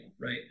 right